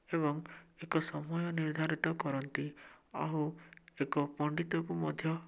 ଏବଂ ଏକ ସମୟ ନିର୍ଦ୍ଧାରିତ କରନ୍ତି ଆଉ ଏକ ପଣ୍ଡିତକୁ ମଧ୍ୟ